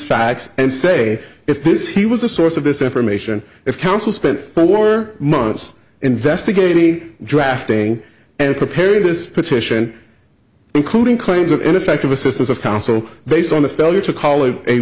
facts and say if this he was the source of this information if counsel spent four months investigating drafting and preparing this petition including kinds of ineffective assistance of counsel based on the failure to kal